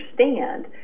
understand